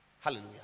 Hallelujah